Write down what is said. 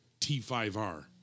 t5r